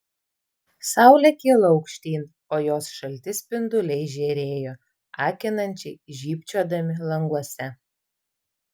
saulė kilo aukštyn o jos šalti spinduliai žėrėjo akinančiai žybčiodami languose